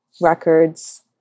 records